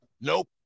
nope